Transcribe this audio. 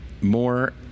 more